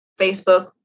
Facebook